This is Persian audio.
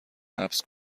حبس